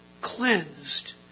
Cleansed